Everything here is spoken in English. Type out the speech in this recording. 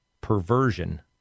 perversion